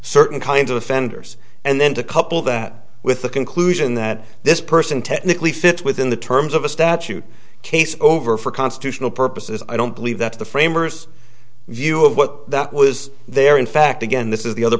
certain kinds of offenders and then to couple that with the conclusion that this person technically fits within the terms of a statute case over for constitutional purposes i don't believe that the framers view of what that was there in fact again this is the other